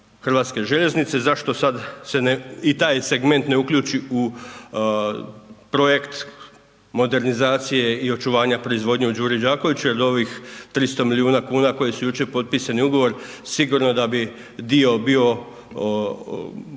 Hrvatske željeznice, zašto se sada i taj segment ne uključi u projekt modernizacije i očuvanje proizvodnje u Đuri Đakoviću jer od ovih 300 milijuna kuna koji su jučer potpisani ugovor sigurno da bi dio bio